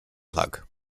plug